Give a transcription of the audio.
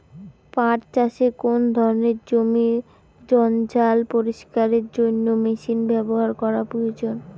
পাট চাষে কোন ধরনের জমির জঞ্জাল পরিষ্কারের জন্য মেশিন ব্যবহার করা প্রয়োজন?